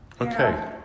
Okay